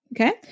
Okay